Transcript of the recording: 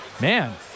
man